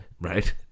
Right